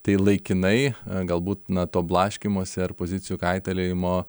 tai laikinai galbūt na to blaškymosi ar pozicijų kaitaliojimo